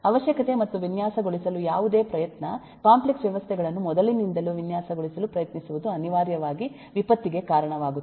ಅವಶ್ಯಕತೆ ಮತ್ತು ವಿನ್ಯಾಸಗೊಳಿಸಲು ಯಾವುದೇ ಪ್ರಯತ್ನ ಕಾಂಪ್ಲೆಕ್ಸ್ ವ್ಯವಸ್ಥೆಗಳನ್ನು ಮೊದಲಿನಿಂದಲೂ ವಿನ್ಯಾಸಗೊಳಿಸಲು ಪ್ರಯತ್ನಿಸುವುದು ಅನಿವಾರ್ಯವಾಗಿ ವಿಪತ್ತಿಗೆ ಕಾರಣವಾಗುತ್ತದೆ